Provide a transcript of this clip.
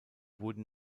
wurden